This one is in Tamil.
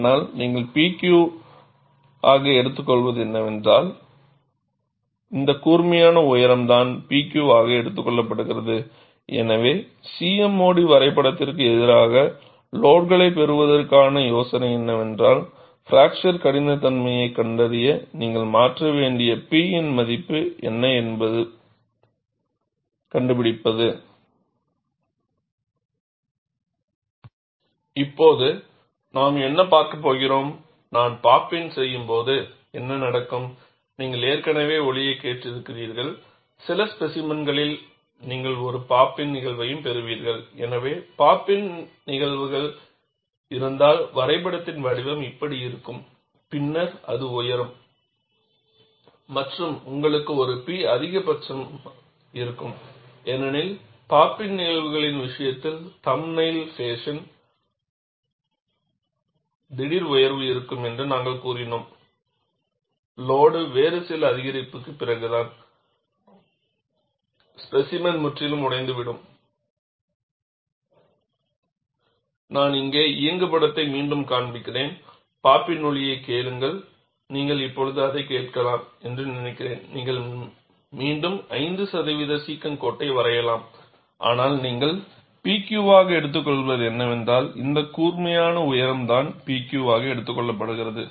ஆனால் நீங்கள் PQ ஆக எடுத்துக்கொள்வது என்னவென்றால் இந்த கூர்மையான உயரம் தான் P Q ஆக எடுத்துக் கொள்ளப்படுகிறது